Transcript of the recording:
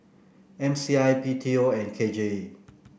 M C I B T O and K J E